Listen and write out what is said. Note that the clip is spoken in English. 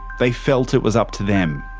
they felt it was up to them.